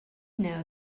know